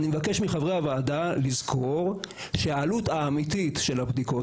אני מבקש מחברי הוועדה לזכור שהעלות האמיתית של הבדיקות